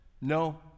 No